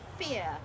fear